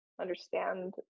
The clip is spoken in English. understand